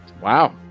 Wow